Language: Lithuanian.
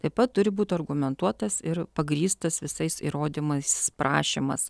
taip pat turi būti argumentuotas ir pagrįstas visais įrodymais prašymas